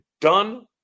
done